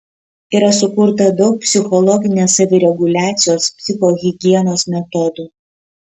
yra sukurta daug psichologinės savireguliacijos psichohigienos metodų